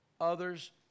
others